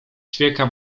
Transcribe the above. ćwieka